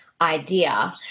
idea